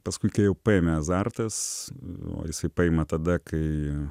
paskui kai jau paėmė azartas o jisai paima tada kai